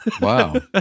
Wow